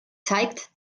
zeigt